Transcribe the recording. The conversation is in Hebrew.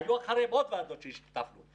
היו אחריהן עוד ועדות שהשתתפנו בהן,